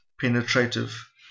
penetrative